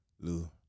Lou